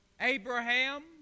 Abraham